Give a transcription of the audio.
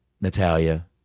Natalia